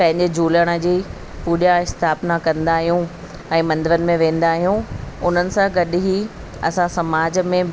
पंहिंजे झूलण जी पूजा स्थापना कंदा आहियूं ऐं मंदरनि में वेंदा आहियूं उन्हनि सां गॾु ई असां समाज में